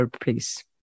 please